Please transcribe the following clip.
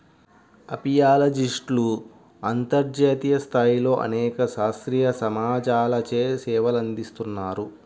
అపియాలజిస్ట్లు అంతర్జాతీయ స్థాయిలో అనేక శాస్త్రీయ సమాజాలచే సేవలందిస్తున్నారు